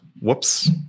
Whoops